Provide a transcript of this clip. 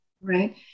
right